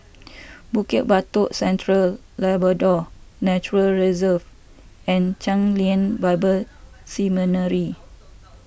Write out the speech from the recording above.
Bukit Batok Central Labrador Nature Reserve and Chen Lien Bible Seminary